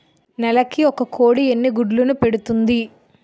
నెలకి ఒక కోడి ఎన్ని గుడ్లను పెడుతుంది?